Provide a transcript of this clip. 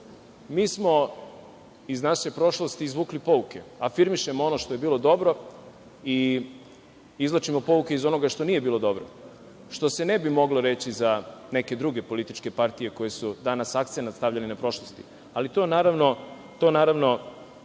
mi smo iz naše prošlosti izvukli pouke, afirmišemo ono što je bilo dobro i izvlačimo pouke iz onoga što nije bilo dobro, što se ne bi moglo reći za neke druge političke partije koje su danas akcenat stavile na prošlost, ali to naravno